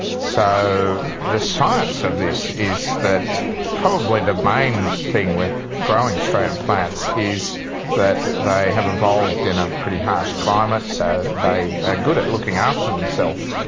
so the science of this is that probably the main thing with growing australian plants is that they have evolved in a pretty harsh climate, so they are ah good at looking after themselves,